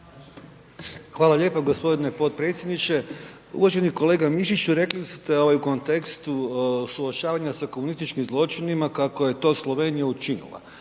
Hvala lijepa gospodine potpredsjedniče, uvaženi kolega Mišiću rekli ste ovaj u kontekstu suočavanja sa komunističkim zločinima kako je to Slovenija učinila.